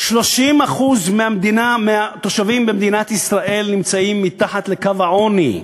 30% מהתושבים במדינת ישראל נמצאים מתחת לקו העוני,